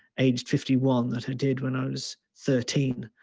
aged fifty one that i did when i was thirteen,